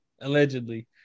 allegedly